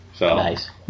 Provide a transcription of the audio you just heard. Nice